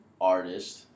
artist